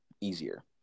easier